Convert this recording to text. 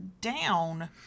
down